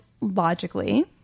logically